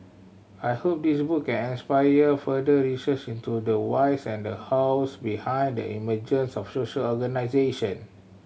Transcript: I hope this book can inspire further research into the whys and the hows behind the emergence of social organisation